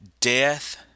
death